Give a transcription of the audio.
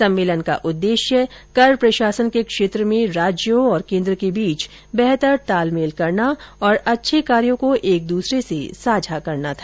सम्मेलन का उद्देश्य कर प्रशासन के क्षेत्र में राज्यों और केन्द्र के बीच बेहतर तालमेल करना और अच्छे कार्यो को एक दूसरे से साझा करना था